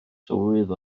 tywydd